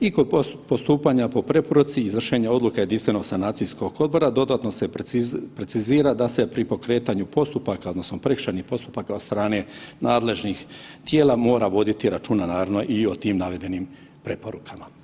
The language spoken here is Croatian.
I postupanja po preporuci i izvršenja odluke jedinstvenog sanacijskog odbora dodatno se precizira da se pri pokretanju postupaka odnosno prekršajnih postupaka od strane nadležnih tijela mora voditi računa naravno i o tim navedenim preporukama.